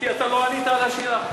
כי אתה לא ענית על השאלה.